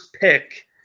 pick